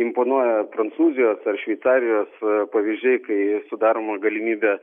imponuoja prancūzijos ar šveicarijos pavyzdžiai kai sudaroma galimybė